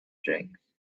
drinks